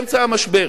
באמצע המשבר,